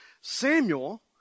Samuel